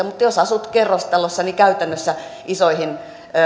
mutta jos asut kerrostalossa niin käytännössä isoihin